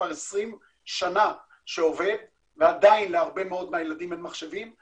אבל 20 שנה עברו ועדיין להרבה מאוד מהילדים אין מחשבים.